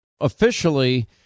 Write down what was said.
Officially